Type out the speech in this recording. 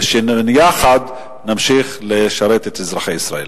ושיחד נמשיך לשרת את אזרחי ישראל.